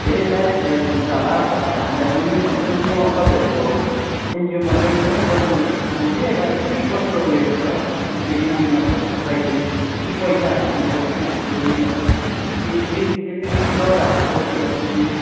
धेरै सायद हेल्प हुन्छ होला हामीलाई पनि भनेर चाहिँ म तपाईँहरूको एनजिओमा जोइन पनि गर्नु चाहन्थे र के कस्तो उयो छ मतलब त्यो एनजिओमा पस्नुको लागि पैसाहरू दिनुपर्छ कि हामीले मतलब कि त्यही त्यसै निःशुल्क हामीले पस्नु सक्छु कि